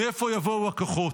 מאיפה יבואו הכוחות?